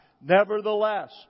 Nevertheless